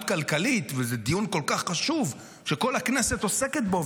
כלכלית וזה דיון כל כך חשוב שכל הכנסת עוסקת בו,